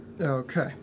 okay